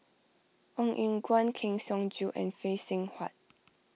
Ong Eng Guan Kang Siong Joo and Phay Seng Whatt